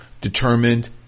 determined